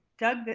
doug,